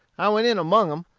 i went in among em,